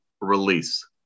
release